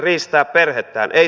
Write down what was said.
ei saakaan